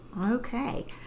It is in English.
Okay